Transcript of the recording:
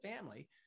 family